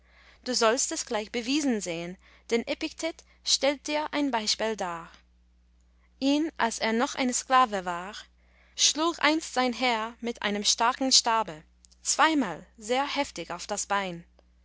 du sollst es gleich bewiesen sehen denn epiktet stellt dir ein beispiel dar ihn als er noch ein sklave war schlug einst sein herr mit einem starken stabe zweimal sehr heftig auf das bein